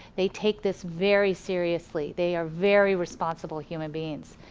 they take this very seriously, they are very responsible human beings.